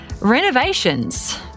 Renovations